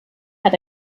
hat